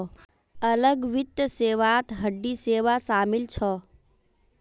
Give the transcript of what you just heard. अलग वित्त सेवात हुंडी सेवा शामिल छ